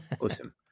awesome